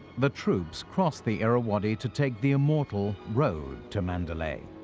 the troops crossed the irrawaddy to take the immortal road to mandalay.